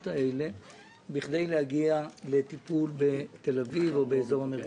האלה בכדי להגיע לטיפול בתל אביב או באזור המרכז.